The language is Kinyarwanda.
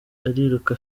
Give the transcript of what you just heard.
ariruka